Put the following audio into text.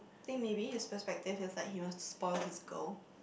think maybe his perspective is like he wants to spoil his girl